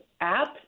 app